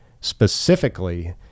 specifically